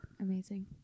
Amazing